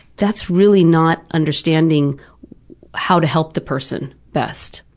that's really not understanding how to help the person best.